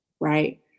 Right